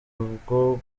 bwo